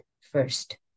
first